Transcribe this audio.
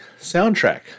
soundtrack